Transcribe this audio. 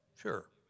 Sure